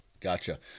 gotcha